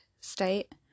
state